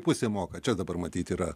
pusė moka čia dabar matyt yra